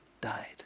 died